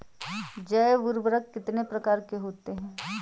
जैव उर्वरक कितनी प्रकार के होते हैं?